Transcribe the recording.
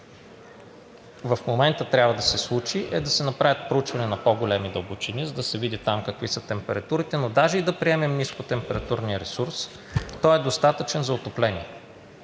в момента трябва да се случи, е да се направят проучвания на по-големи дълбочини, за да се види там какви са температурите, но даже и да приемем нискотемпературния ресурс, той е достатъчен за отопление.